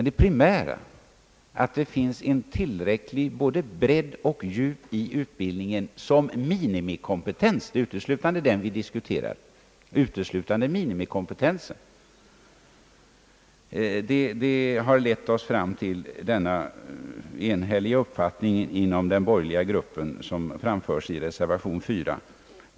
Det primära, att det finns tillräckligt av både bredd och djup i utbildningen som minimikompetens — och det är uteslutande denna vi diskuterar — har lett oss fram till den enhälliga uppfattning inom den borgerliga gruppen, som framförs i reservation 4.